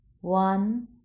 one